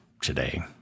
today